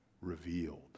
revealed